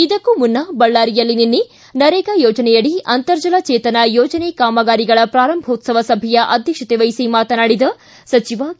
ಇದಕ್ಕೂ ಮುನ್ನ ಬಳ್ಳಾರಿಯಲ್ಲಿ ನಿನ್ನೆ ನರೇಗಾ ಯೋಜನೆಯಡಿ ಅಂತರ್ಜಲ ಚೇತನ ಯೋಜನೆ ಕಾಮಗಾರಿಗಳ ಪ್ರಾರಂಭೋತ್ಸವ ಸಭೆಯ ಅಧ್ಯಕ್ಷತೆವಹಿಸಿ ಮಾತನಾಡಿದ ಸಚಿವ ಕೆ